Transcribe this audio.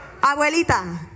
Abuelita